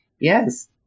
Yes